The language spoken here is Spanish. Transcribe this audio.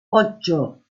ocho